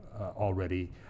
already